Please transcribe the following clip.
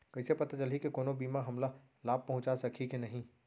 कइसे पता चलही के कोनो बीमा हमला लाभ पहूँचा सकही के नही